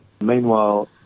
Meanwhile